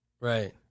Right